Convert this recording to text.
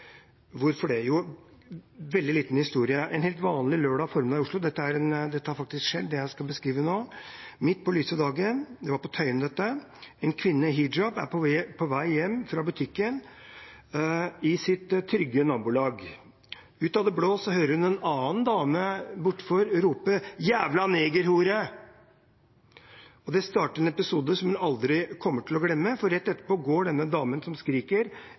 Hvorfor det? Jo, her er en veldig liten historie fra en helt vanlig lørdag formiddag i Oslo. Det har faktisk skjedd, det jeg skal beskrive nå. Det var midt på lyse dagen, på Tøyen. En kvinne i hijab er på vei hjem fra butikken i sitt trygge nabolag. Ut av det blå hører hun en annen dame bortenfor rope «jævla negerhore», og det er starten på en episode som hun aldri kommer til å glemme, for rett etterpå går denne damen som skriker,